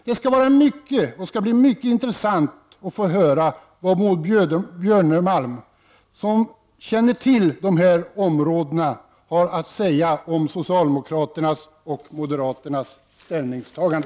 Det skall bli mycket intressant att få höra vad Maud Björnemalm, som känner till dessa områden, har att säga om socialdemokraternas och moderaternas ställningstagande.